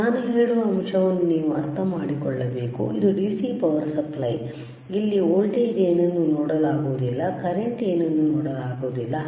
ನಾನು ಹೇಳುವ ಅಂಶವನ್ನು ನೀವು ಅರ್ಥಮಾಡಿಕೊಳ್ಳಬೇಕು ಇದು DC ಪವರ್ ಸಪ್ಲೈ ಇಲ್ಲಿ ವೋಲ್ಟೇಜ್ ಏನೆಂದು ನೋಡಲಾಗುವುದಿಲ್ಲ ಕರೆಂಟ್ ಏನೆಂದು ನೋಡಲಾಗುವುದಿಲ್ಲ